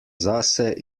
zase